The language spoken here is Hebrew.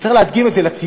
צריך להדגים את זה לציבור,